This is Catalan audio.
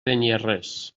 beniarrés